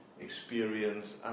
experience